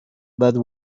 that